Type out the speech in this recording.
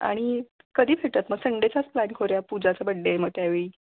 आणि कधी भेटूयात मग संडेचाच प्लॅन करूया पूजाचं बड्डे मग त्यावेळी